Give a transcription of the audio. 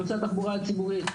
נושא התחבורה הציבורית,